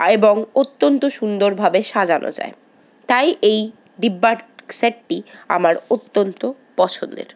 এবং অত্যন্ত সুন্দরভাবে সাজানো যায় তাই এই ডিব্বার সেটটি আমার অত্যন্ত পছন্দের